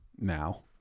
now